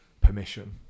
Permission